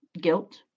guilt